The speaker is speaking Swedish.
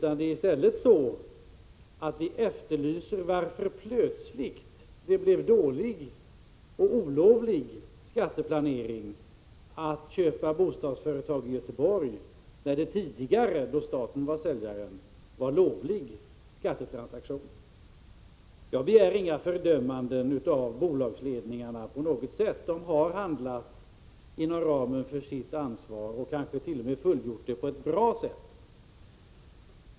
I stället efterlyser vi orsaken till att det plötsligt blev olovlig skatteplanering att köpa bostadsföretag i Göteborg, när det tidigare, då staten var säljare, var en lovlig skattetransaktion. Jag begär inga fördömanden av bolagsledningarna — de har handlat inom ramen för sitt ansvar, och kanske t.o.m. fullgjort det på ett bra sätt.